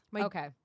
Okay